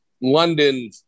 London